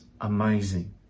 amazing